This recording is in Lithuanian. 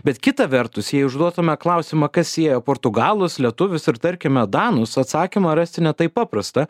bet kita vertus jei užduotume klausimą kas sieja portugalus lietuvius ir tarkime danus atsakymą rasti ne taip paprasta